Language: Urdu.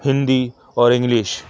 ہندی اور انگلش